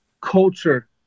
culture